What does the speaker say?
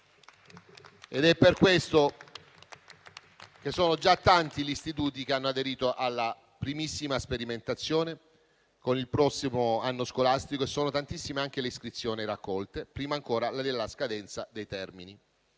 È per questo che sono già tanti gli istituti che hanno aderito alla primissima sperimentazione, con il prossimo anno scolastico, e sono tantissime le iscrizioni raccolte, prima ancora della scadenza dei termini.